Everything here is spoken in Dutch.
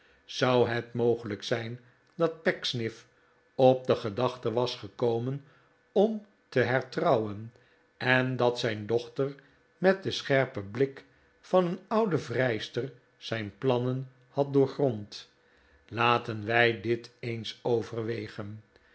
zou het mogelijk zijn dat pecksniff op de gedachte was gekomen om te hertrouwen en dat zijn dochter met den scherpen blik van een oude vrijster zijn plannen had doorgrond laten wij dit eens overwegen